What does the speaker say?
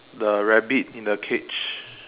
the rabbit in the cage